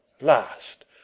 Last